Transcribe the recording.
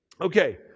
Okay